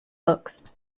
books